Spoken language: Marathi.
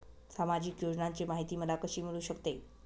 सामाजिक योजनांची माहिती मला कशी मिळू शकते?